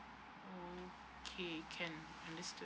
okay can understood